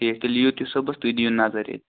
ٹھیٖک تیٚلہِ یِیِو تُہۍ صُبحَس تُہۍ دِیِو مَظَر ییٚتہِ